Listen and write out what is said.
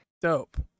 Dope